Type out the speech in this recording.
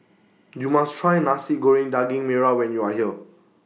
YOU must Try Nasi Goreng Daging Merah when YOU Are here